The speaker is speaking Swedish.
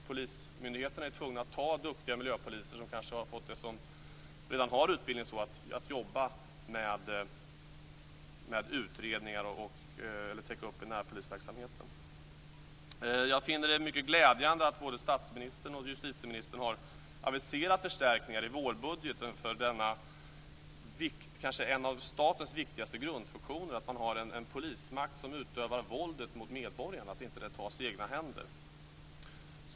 Polismyndigheterna är ju tvungna att ta duktiga miljöpoliser, som kanske redan har utbildning, för att täcka upp inom närpolisverksamheten. Jag finner det mycket glädjande att både statsministern och justitieministern har aviserat förstärkningar i vårbudgeten för en av statens kanske viktigaste grundfunktioner, nämligen att man har en polismakt som ser till att våldet mot medborgarna inte tas om hand av medborgarna själva.